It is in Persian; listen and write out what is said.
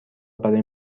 برای